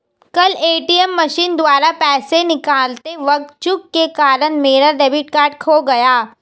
कल ATM machine द्वारा पैसे निकालते वक़्त चूक के कारण मेरा डेबिट कार्ड खो गया